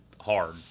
hard